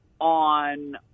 on